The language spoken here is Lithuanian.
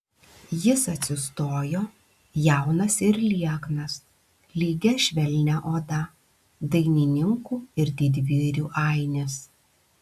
jis atsistojo jaunas ir lieknas lygia švelnia oda dainininkų ir didvyrių ainis